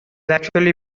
actually